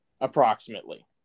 Approximately